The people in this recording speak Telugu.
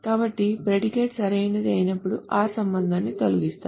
కాబట్టి ప్రిడికేట్ సరైనది అయినప్పుడు r సంబంధాన్ని తొలగిస్తారు